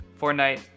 Fortnite